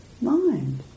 mind